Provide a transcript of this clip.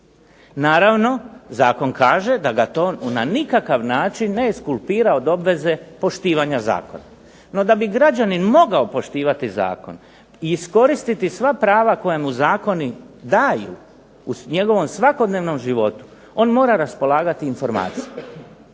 Naravno zakon kaže da ga to na nikakav način ne …/ne razumije se./… od obveze poštivanja zakona. No da bi građanin mogao poštivati zakon i iskoristiti sva prava koja mu zakoni daju, u njegovom svakodnevnom životu, on mora raspolagati informacijama.